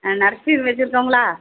ஆ nursery வச்சுருக்கவங்களா